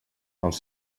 els